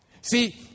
See